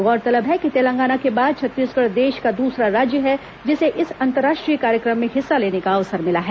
गौरतलब है कि तेलांगाना के बाद छत्तीसगढ़ देश का दूसरा राज्य है जिसे इस अंतर्राष्ट्रीय कार्यक्रम में हिस्सा लेने का अवसर मिला है